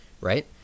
right